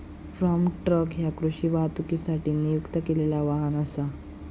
form truck ह्या कृषी वाहतुकीसाठी नियुक्त केलेला वाहन असा